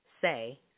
Say